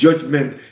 judgment